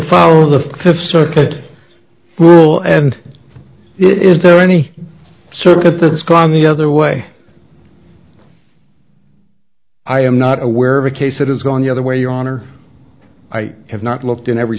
follow the fifth circuit well and is there any circuit that's gone the other way i am not aware of a case that has gone the other way your honor i have not looked in every